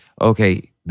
okay